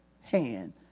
hand